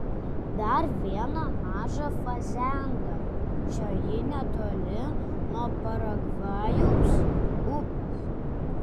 dar viena maža fazenda šioji netoli nuo paragvajaus upės